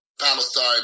Palestine